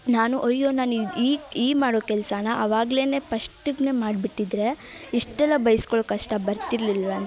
ನಾನು ಅಯ್ಯೋ ನಾನು ಈ ಈ ಈ ಮಾಡೋ ಕೆಲಸವನ್ನ ಅವಾಗ್ಲೆ ಪಸ್ಟ್ಗೆ ಮಾಡ್ಬಿಟ್ಟಿದ್ದರೆ ಇಷ್ಟೆಲ್ಲ ಬೈಸ್ಕೊಳ್ಳೋ ಕಷ್ಟ ಬರ್ತಿರ್ಲಿಲ್ಲಂತ